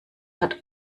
hat